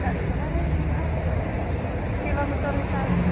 ଗାଡ଼ି ଭଡ଼ା ହେଇ କିଲୋମିଟର୍ ହିସାବରେ